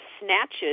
snatches